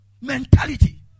mentality